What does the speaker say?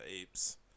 apes